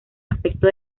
aspecto